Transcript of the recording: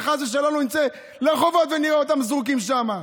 שחס ושלום לא נצא לרחובות ונראה אותם זרוקים שם.